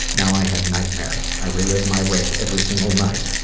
now i have nightmares. i relive my rape every single night.